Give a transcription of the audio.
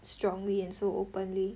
strongly and so openly